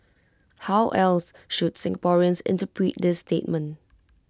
how else should Singaporeans interpret this statement